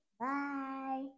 Bye